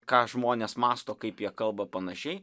ką žmonės mąsto kaip jie kalba panašiai